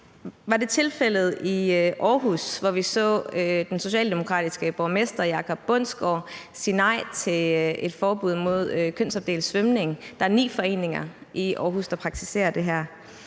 Var det tilfældet i Aarhus, hvor vi så den socialdemokratiske borgmester Jacob Bundsgaard sige nej til et forbud mod kønsopdelt svømning? Der er ni foreninger i Aarhus, der praktiserer det her.